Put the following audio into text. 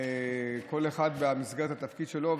כל אחד במסגרת התפקיד שלו.